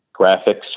graphics